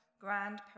grand